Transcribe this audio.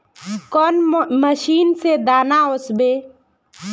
कौन मशीन से दाना ओसबे?